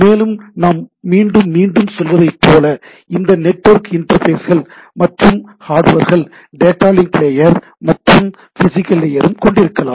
மேலும் நாம் மீண்டும் மீண்டும் சொல்வதைப்போல இந்த நெட்வொர்க் இன்டர்ஃபேஸ்கள் மற்றும் ஹார்ட்வேர்கள் டேட்டா லிங்க் லேயர் மற்றும் பிஸிக்கல் லேயரும் கொண்டிருக்கலாம்